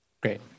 Great